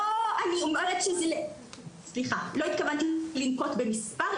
לא התכוונתי לנקוט במספר,